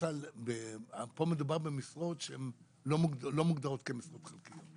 פה מדובר במשרות שהן לא מוגדרות כמסלול חלקי.